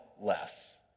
less